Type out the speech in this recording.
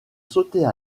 sauter